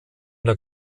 der